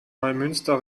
neumünster